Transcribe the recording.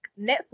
netflix